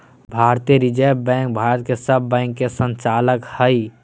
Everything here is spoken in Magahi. भारतीय रिजर्व बैंक भारत के सब बैंक के संचालक हइ